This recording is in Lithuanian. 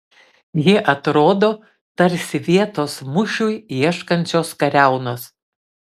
jie atrodo tarsi vietos mūšiui ieškančios kariaunos